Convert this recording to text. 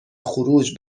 خروج